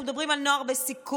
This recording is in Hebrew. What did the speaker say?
אנחנו מדברים על נוער בסיכון,